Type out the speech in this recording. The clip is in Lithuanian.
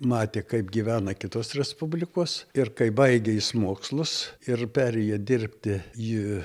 matė kaip gyvena kitos respublikos ir kai baigė jis mokslus ir perėjo dirbti į